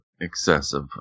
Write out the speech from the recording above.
excessive